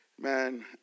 man